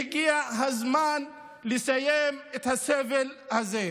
והגיע הזמן לסיים את הסבל הזה.